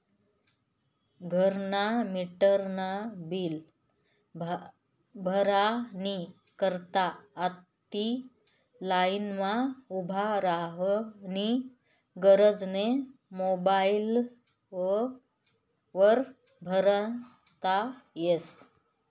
घरना मीटरनं बील भरानी करता आते लाईनमा उभं रावानी गरज नै मोबाईल वर भरता यस